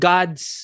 God's